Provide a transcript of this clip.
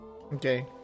Okay